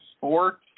Four